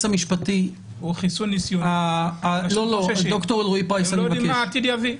הוא חיסון ניסיוני, לא יודעים מה העתיד יביא.